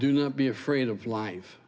do not be afraid of life